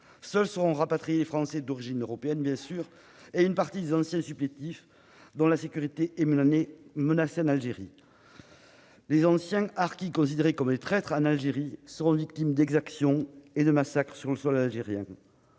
Seuls sont rapatriés les Français d'origine européenne et une partie des anciens supplétifs, dont la sécurité est menacée en Algérie. Les anciens harkis, considérés comme des traîtres en Algérie, sont victimes d'exactions et de massacres sur le sol algérien.